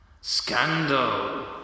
Scandal